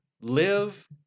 live